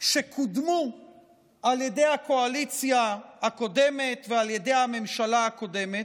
שקודמו על ידי הקואליציה הקודמת ועל ידי הממשלה הקודמת.